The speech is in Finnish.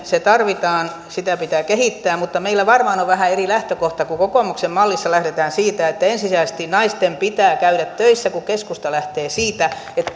se tarvitaan sitä pitää kehittää mutta meillä varmaan on vähän eri lähtökohta kun kokoomuksen mallissa lähdetään siitä että ensisijaisesti naisten pitää käydä töissä ja keskusta lähtee siitä että